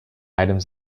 items